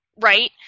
right